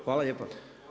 Hvala lijepa.